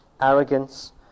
arrogance